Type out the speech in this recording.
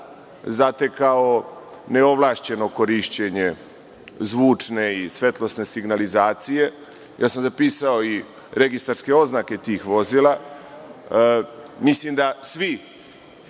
zatekao sam neovlašćeno korišćenje zvučne i svetlosne signalizacije. Zapisao sam registarske oznake tih vozila. Mislim da svi